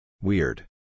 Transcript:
Weird